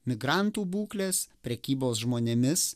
migrantų būklės prekybos žmonėmis